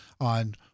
on